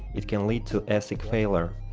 it can lead to asic failure.